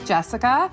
Jessica